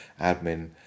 admin